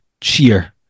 cheer